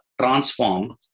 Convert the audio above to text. transform